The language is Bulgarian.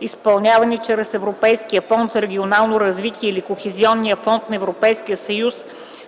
изпълнявани чрез Европейския фонд за регионално развитие или Кохезионния фонд на Европейския съюз,